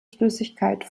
flüssigkeit